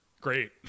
great